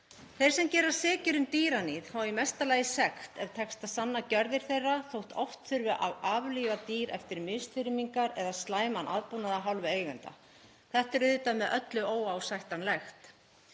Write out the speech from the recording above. Þeir sem gerast sekir um dýraníð fá í mesta lagi sekt ef tekst að sanna gjörðir þeirra þótt oft þurfi að aflífa dýr eftir misþyrmingar eða slæman aðbúnað af hálfu eigenda. Þetta er auðvitað með öllu óásættanlegt.